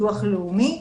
ביטוח לאומי,